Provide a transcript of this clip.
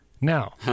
Now